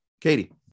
Katie